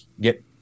get